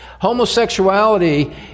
Homosexuality